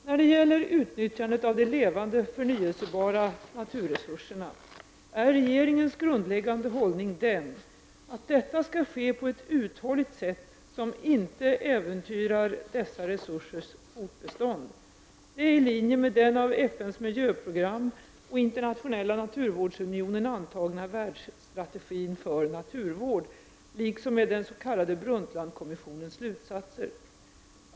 När det gäller utnyttjandet av de levande förnyelsebara naturresurserna är regeringens grundläggande hållning den att detta skall ske på ett uthålligt sätt som inte äventyrar dessa resursers fortbestånd. Det är i linje med den av FNs miljöprogram och Internationella naturvårdsunionen antagna ”Världsstrategin för naturvård” liksom med den s.k. Brundtlandkommissionens slutsatser.